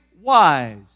wise